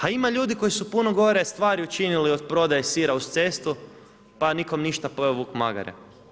A ima ljudi koji su puno gore stvari učinili od prodaje sira uz cestu, pa nikom ništa, pojeo vuk magare.